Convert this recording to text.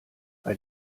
bei